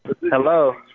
Hello